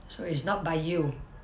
so it's not by you